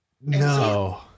No